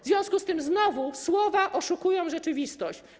W związku z tym znowu słowa oszukują rzeczywistość.